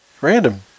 random